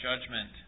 Judgment